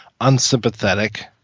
unsympathetic